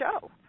show